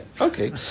okay